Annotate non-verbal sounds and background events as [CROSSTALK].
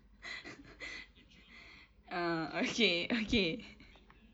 [LAUGHS] ah okay okay [LAUGHS]